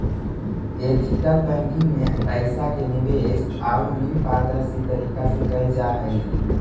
ethical banking में पइसा के निवेश आउ ऋण पारदर्शी तरीका से कैल जा हइ